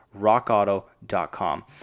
rockauto.com